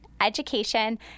education